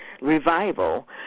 revival